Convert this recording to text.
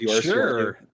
sure